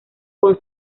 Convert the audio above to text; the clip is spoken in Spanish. con